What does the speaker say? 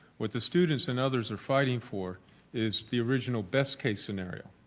what the students and others are fighting for is the original best case scenario.